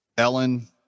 Ellen